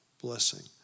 blessing